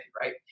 right